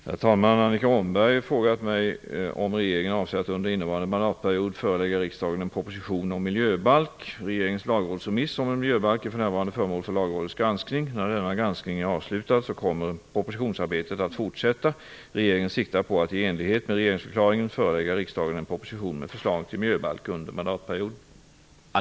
Herr talman! Annika Åhnberg har frågat mig om regeringen avser att under innevarande mandatperiod förelägga riksdagen en proposition om miljöbalk. Regeringens lagrådsremiss om en miljöbalk är för närvarande föremål för Lagrådets granskning. När denna granskning är avslutad kommer propositionsarbetet att fortsätta. Regeringen siktar på att i enlighet med regeringsförklaringen förelägga riksdagen en proposition med förslag till miljöbalk under mandatperioden.